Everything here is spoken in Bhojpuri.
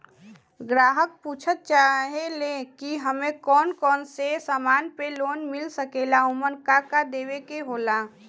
ग्राहक पुछत चाहे ले की हमे कौन कोन से समान पे लोन मील सकेला ओमन का का देवे के होला?